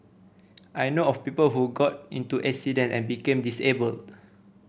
I know of people who got into accident and became disabled